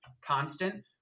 constant